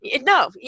No